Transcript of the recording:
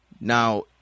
Now